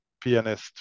pianist